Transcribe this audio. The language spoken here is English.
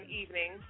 evening